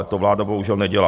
Ale to vláda bohužel nedělá.